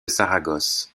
saragosse